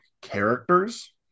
characters